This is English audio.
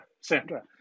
Sandra